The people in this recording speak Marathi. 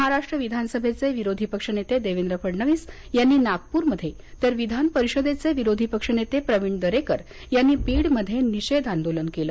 महाराष्ट्र विधानसभेचे विरोधी पक्षनेते देवेंद्र फडणवीस यांनी नागपूरमध्ये तर विधानपरिषदेचे विरोधी पक्षनेते प्रविण दरेकर यांनी बीडमध्ये निषेध आंदोलन केलं